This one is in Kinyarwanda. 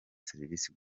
serivisi